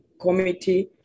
committee